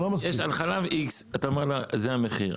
על חלב X אתה אומר זה המחיר,